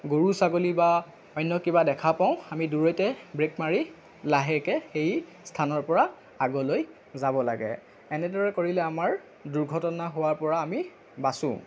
গৰু ছাগলী বা অন্য কিবা দেখা পাওঁ আমি দূৰৈতে ব্ৰেক মাৰি লাহেকে সেই স্থানৰ পৰা আগলৈ যাব লাগে এনেদৰে কৰিলে আমাৰ দুৰ্ঘটনা হোৱাৰ পৰা আমি বাচোঁ